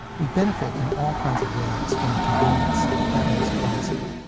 we benefit in all kinds of ways from the convenience that makes possible.